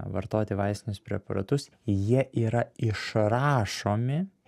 vartoti vaistinius preparatus jie yra išrašomi